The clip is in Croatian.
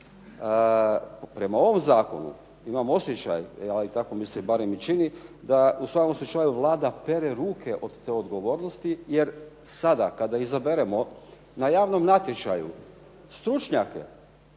Prema ovom zakonu imamo osjećaj, tako mi se barem i čini, da u svakom slučaju Vlada pere ruke od te odgovornosti jer sada kada izaberemo na javnom natječaju stručnjake